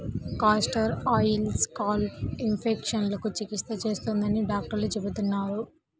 castor oil scalp ఇన్ఫెక్షన్లకు చికిత్స చేస్తుందని డాక్టర్లు చెబుతున్నారు